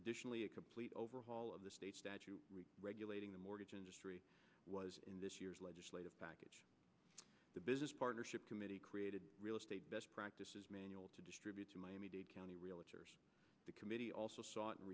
additionally a complete overhaul of the state regulating the mortgage industry was in this year's legislative package the business partnership committee created real estate best practices manual to distribute to miami dade county real committee also sought and